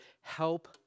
help